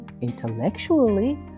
intellectually